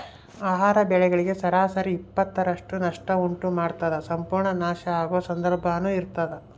ಆಹಾರ ಬೆಳೆಗಳಿಗೆ ಸರಾಸರಿ ಇಪ್ಪತ್ತರಷ್ಟು ನಷ್ಟ ಉಂಟು ಮಾಡ್ತದ ಸಂಪೂರ್ಣ ನಾಶ ಆಗೊ ಸಂದರ್ಭನೂ ಇರ್ತದ